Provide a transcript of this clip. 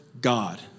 God